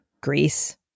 Greece